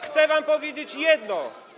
Chcę wam powiedzieć jedno.